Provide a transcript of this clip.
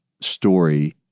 story